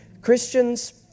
Christians